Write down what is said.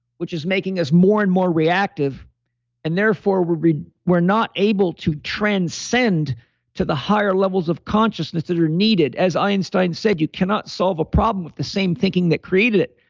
which is making us more and more reactive and therefore, re we're not able to transcend to the higher levels of consciousness that are needed as einstein said, you cannot solve a problem with the same thinking that created it.